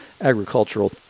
agricultural